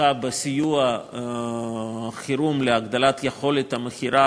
תושקע בסיוע חירום להגדלת יכולת המכירה